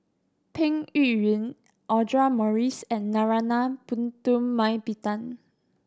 Peng Yuyun Audra Morrice and Narana Putumaippittan